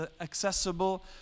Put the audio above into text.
accessible